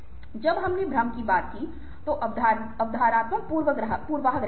जब हमने भ्रम की बात की तो अवधारणात्मक पूर्वाग्रह थे